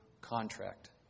contract